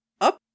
Up